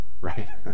right